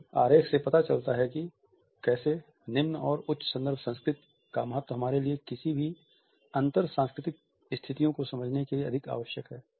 इस आरेख से पता चलता है कि कैसे निम्न और उच्च संदर्भ संस्कृति का महत्व हमारे लिए किसी भी अंतर सांस्कृतिक स्थितियों को समझने के लिए आवश्यक है